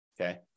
okay